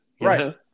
Right